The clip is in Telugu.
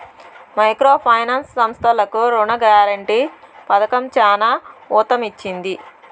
మైక్రో ఫైనాన్స్ సంస్థలకు రుణ గ్యారంటీ పథకం చానా ఊతమిచ్చింది